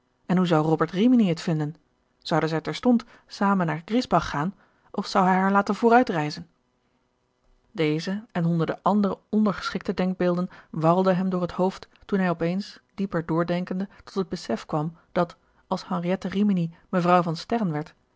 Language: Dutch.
en hoe zou robert rimini het vinden zouden zij terstond zamen naar griesbach gaan of zou hij haar laten vooruitreizen deze en honderden andere ondergeschikte denkbeelden warrelden hem door het hoofd toen hij op eens dieper doordenkende tot het besef kwam dat als henriette rimini mevrouw van sterren werd